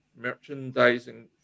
merchandising